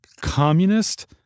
communist